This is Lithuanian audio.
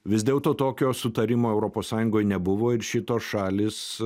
vis dėlto tokio sutarimo europos sąjungoj nebuvo ir šitos šalys